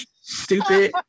stupid